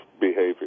behavior